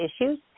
issues